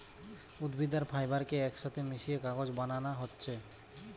উদ্ভিদ আর ফাইবার কে একসাথে মিশিয়ে কাগজ বানানা হচ্ছে